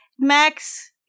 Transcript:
Max